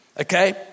Okay